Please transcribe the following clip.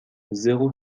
zéro